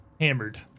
hammered